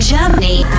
Germany